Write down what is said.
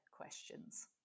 questions